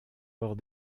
lors